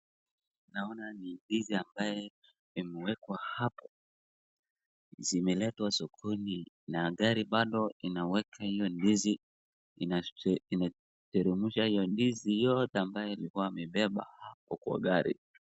Naona ni ndizi ambaye imewekwa hapo, zimeletwa sokoni na gari bado inaweka hiyo ndizi inateremsha hiyo ndizi yote ambaye walikuwa wamebeba kwa gari.